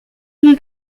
nie